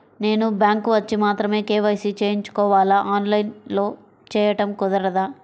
నేను బ్యాంక్ వచ్చి మాత్రమే కే.వై.సి చేయించుకోవాలా? ఆన్లైన్లో చేయటం కుదరదా?